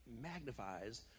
magnifies